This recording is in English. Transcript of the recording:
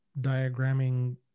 diagramming